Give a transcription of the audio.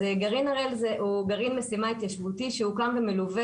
גרעין הראל הוא גרעין משימה התיישבותי שגם ומלווה